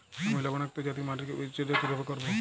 আমি লবণাক্ত জাতীয় মাটির পরিচর্যা কিভাবে করব?